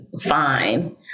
fine